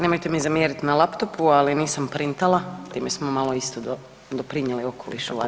Nemojte mi zamjerit na laptopu, ali nisam printala, time smo malo isto doprinjeli okolišu valjda.